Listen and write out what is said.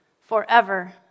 forever